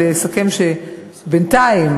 ולסכם שבינתיים,